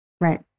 right